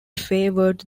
favored